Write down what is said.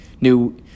new